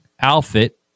outfit